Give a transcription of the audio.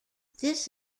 this